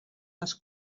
les